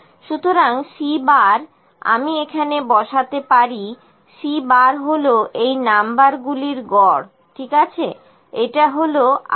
সুতরাং C আমি এখানে বসাতে পারি C হলো এই নাম্বার গুলির গড় ঠিক আছে এটি হলো 18